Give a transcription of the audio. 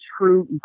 true